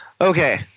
Okay